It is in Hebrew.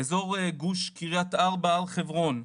אזור גוש קריית ארבע הר חברון,